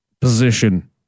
position